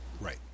Right